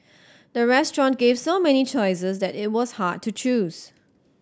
the restaurant gave so many choices that it was hard to choose